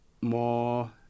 more